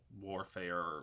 warfare